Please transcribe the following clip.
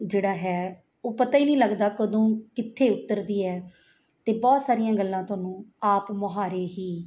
ਜਿਹੜਾ ਹੈ ਉਹ ਪਤਾ ਨਹੀਂ ਲੱਗਦਾ ਕਦੋਂ ਕਿੱਥੇ ਉੱਤਰਦੀ ਹੈ ਅਤੇ ਬਹੁਤ ਸਾਰੀਆਂ ਗੱਲਾਂ ਤੁਹਾਨੂੰ ਆਪ ਮੁਹਾਰੇ ਹੀ